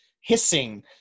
hissing